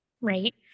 right